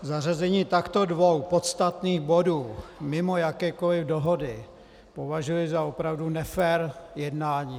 Zařazení dvou takto podstatných bodů mimo jakékoli dohody považuji za opravdu nefér jednání.